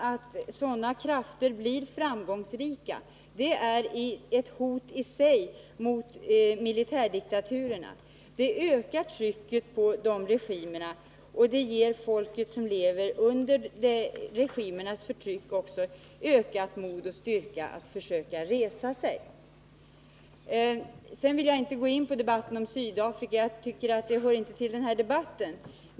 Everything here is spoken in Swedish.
Att sådana krafter blir framgångsrika är ett hot i sig mot militärdiktaturerna. Det ökar trycket på regimerna och ger folket som lever under regimernas förtryck ökat mod och styrka att försöka resa sig. Sedan vill jag inte gå in på Sydafrika, för jag tycker inte att det hör till den här debatten.